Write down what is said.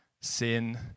Sin